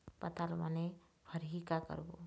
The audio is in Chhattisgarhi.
पताल बने फरही का करबो?